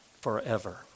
forever